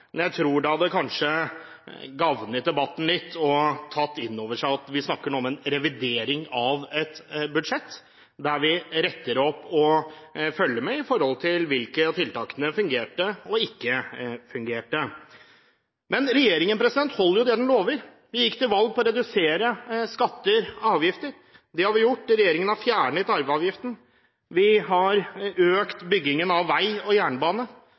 Jeg tror kanskje det hadde gavnet debatten litt om man hadde tatt inn over seg at vi nå snakker om en revidering av et budsjett, der vi retter opp og følger med med hensyn til hvilke tiltak som fungerte og hvilke som ikke fungerte. Men regjeringen holder det den lover. Vi gikk til valg på å redusere skatter og avgifter. Det har vi gjort. Regjeringen har fjernet arveavgiften. Vi har økt byggingen av vei og jernbane.